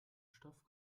stoff